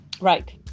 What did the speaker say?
Right